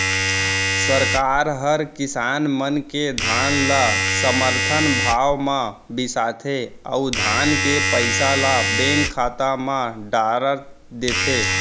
सरकार हर किसान मन के धान ल समरथन भाव म बिसाथे अउ धान के पइसा ल बेंक खाता म डार देथे